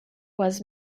was